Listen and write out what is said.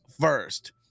first